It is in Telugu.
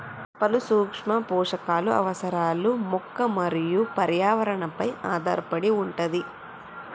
పలు సూక్ష్మ పోషకాలు అవసరాలు మొక్క మరియు పర్యావరణ పై ఆధారపడి వుంటది